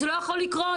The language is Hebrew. זה לא יכול לקרות.